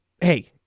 hey